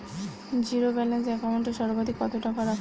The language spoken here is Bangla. জীরো ব্যালেন্স একাউন্ট এ সর্বাধিক কত টাকা রাখা য়ায়?